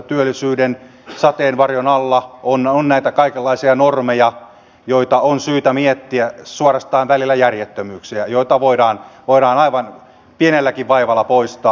työllisyyden sateenvarjon alla on näitä kaikenlaisia normeja suorastaan välillä järjettömyyksiä joita on syytä miettiä ja joita voidaan aivan pienelläkin vaivalla poistaa